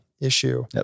issue